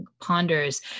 ponders